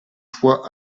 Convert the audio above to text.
fois